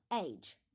Age